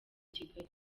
kigali